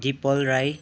Dipal Rai